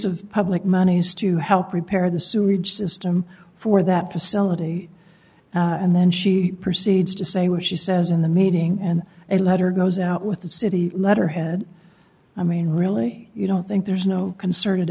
of public monies to help prepare the sewerage system for that facility and then she proceeds to say where she says in the meeting and a letter goes out with the city letterhead i mean really you don't think there's no concerted